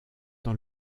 dans